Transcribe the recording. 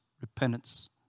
repentance